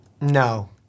No